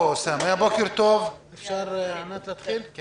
בוקר טוב, אני